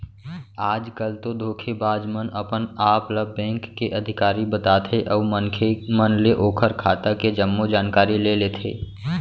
आज कल तो धोखेबाज मन अपन आप ल बेंक के अधिकारी बताथे अउ मनखे मन ले ओखर खाता के जम्मो जानकारी ले लेथे